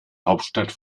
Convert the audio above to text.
hauptstadt